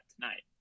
tonight